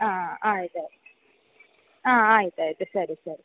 ಆಂ ಆಯ್ತು ಆಯ್ತು ಆಂ ಆಯ್ತು ಆಯಿತು ಸರಿ ಸರಿ